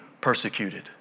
persecuted